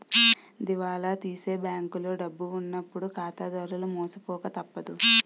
దివాలా తీసే బ్యాంకులో డబ్బు ఉన్నప్పుడు ఖాతాదారులు మోసపోక తప్పదు